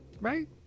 right